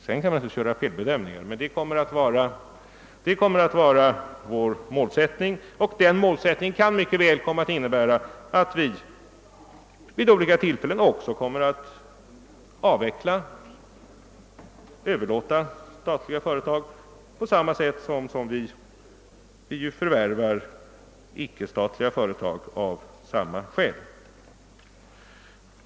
Sedan kan man naturligtvis göra felbedömningar, men detta kommer att vara vår målsättning. Den målsättningen kan mycket väl innebära att vi vid olika tillfällen kommer att avveckla eller överlåta statliga företag, på samma sätt som vi ju av samma skäl förvärvar ickestatliga företag.